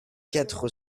quatre